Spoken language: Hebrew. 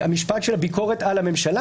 המשפט של הביקורת על הממשלה,